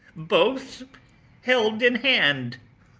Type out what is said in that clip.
both held in hand,